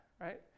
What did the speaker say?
Right